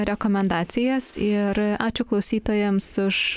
rekomendacijas ir ačiū klausytojams už